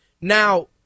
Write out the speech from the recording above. Now